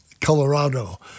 Colorado